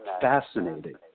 fascinating